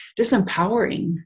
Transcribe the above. disempowering